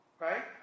right